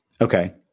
Okay